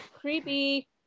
creepy